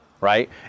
right